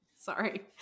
Sorry